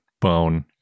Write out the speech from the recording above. bone